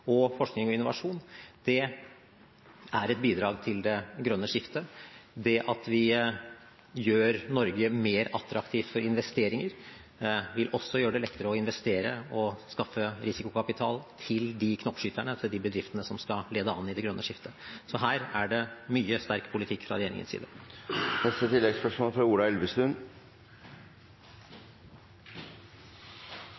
og forskning og innovasjon, er et bidrag til det grønne skiftet. Det at vi gjør Norge mer attraktivt for investeringer, vil også gjøre det lettere å investere og skaffe risikokapital til de knoppskyterne, til de bedriftene, som skal lede an i det grønne skiftet. Så her er det mye sterk politikk fra regjeringens side.